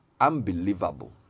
Unbelievable